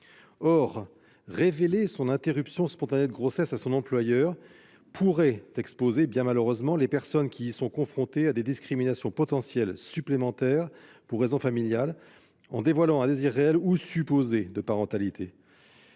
Or révéler son interruption spontanée de grossesse à son employeur pourrait, bien malheureusement, exposer les personnes qui y sont confrontées à des discriminations supplémentaires, pour raisons familiales, en dévoilant un désir réel ou supposé de parentalité.